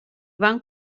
van